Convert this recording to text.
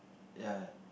ya